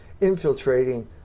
infiltrating